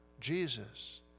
Jesus